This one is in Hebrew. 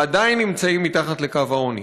ועדיין נמצאים מתחת לקו העוני.